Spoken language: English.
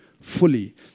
fully